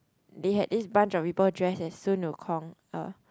they had this bunch of people dressed as sun-wu-kong uh